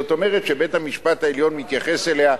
זאת אומרת שבית-המשפט מתייחס אליה,